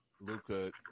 Luca